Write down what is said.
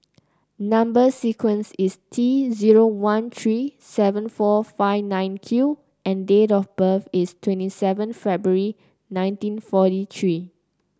number sequence is T zero one three seven four five nine Q and date of birth is twenty seven February nineteen forty three